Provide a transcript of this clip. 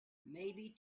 maybe